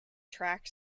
track